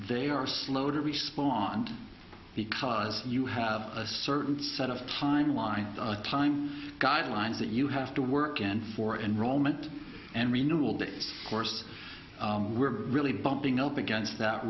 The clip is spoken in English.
they are slow to respond because you have a certain set of timeline times guidelines that you have to work and for enrollment and renewal that course we're really bumping up against that